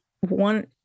one